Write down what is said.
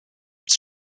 its